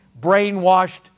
brainwashed